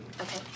Okay